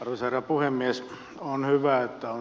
avauserä puhemies on hyvä että on